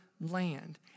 land